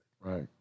Right